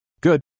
Good